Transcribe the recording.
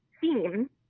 theme